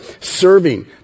Serving